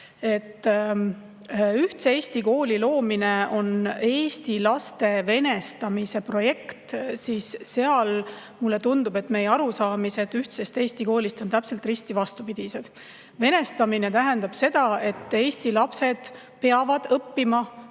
Ühtse Eesti kooli loomine on eesti laste venestamise projekt – mulle tundub, et meie arusaamad ühtsest Eesti koolist on täpselt risti vastupidised. Venestamine tähendab seda, et eesti lapsed peavad õppima